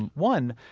and one,